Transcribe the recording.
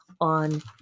on